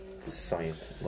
science